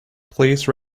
please